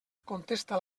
contesta